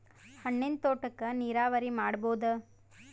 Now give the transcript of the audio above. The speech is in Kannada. ಹಣ್ಣಿನ್ ತೋಟಕ್ಕ ನೀರಾವರಿ ಮಾಡಬೋದ?